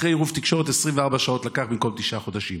אחרי עירוב התקשורת זה לקח 24 שעות במקום תשעה חודשים.